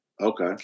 Okay